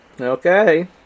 Okay